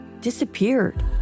disappeared